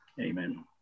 Amen